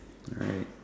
alright